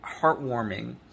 heartwarming